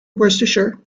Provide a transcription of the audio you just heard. worcestershire